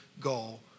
goal